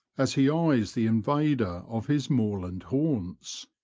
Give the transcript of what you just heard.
as he eyes the invader of his moorland haunts.